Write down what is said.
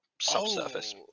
subsurface